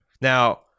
now